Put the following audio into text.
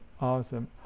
awesome